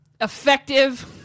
effective